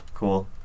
Cool